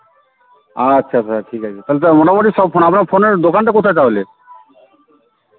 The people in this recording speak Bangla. আচ্ছা দাদা ঠিক আছে তাহলে তো আর মোটামুটি সব ফোন আপনার ফোনের দোকানটা কোথায় তাহলে